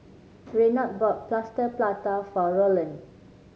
Reynold bought Plaster Prata for Rolland